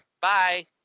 Bye